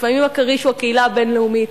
לפעמים הכריש הוא הקהילה הבין-לאומית,